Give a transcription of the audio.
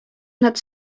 nad